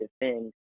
defend